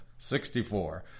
64